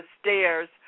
stairs